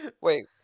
Wait